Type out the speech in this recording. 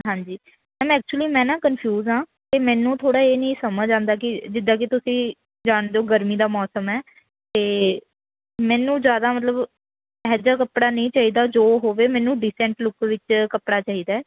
ਹਾਂਜੀ ma'am actually ਮੈਂ ਨਾ ਕਨਫਿਊਜ ਹਾਂ ਅਤੇ ਮੈਨੂੰ ਥੋੜ੍ਹਾ ਇਹ ਨਹੀਂ ਸਮਝ ਆਉਂਦਾ ਕਿ ਜਿੱਦਾਂ ਕਿ ਤੁਸੀਂ ਜਾਣਦੇ ਹੋ ਗਰਮੀ ਦਾ ਮੌਸਮ ਹੈ ਅਤੇ ਮੈਨੂੰ ਜ਼ਿਆਦਾ ਮਤਲਬ ਇਹੋ ਜਿਹਾ ਕੱਪੜਾ ਨਹੀਂ ਚਾਹੀਦਾ ਜੋ ਹੋਵੇ ਮੈਨੂੰ ਡਿਸੈਂਟ ਲੁੱਕ ਵਿੱਚ ਕੱਪੜਾ ਚਾਹੀਦਾ